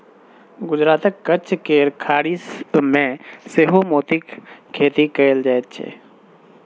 गुजरातक कच्छ केर खाड़ी मे सेहो मोतीक खेती कएल जाइत छै